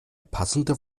passende